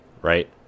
right